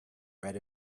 bread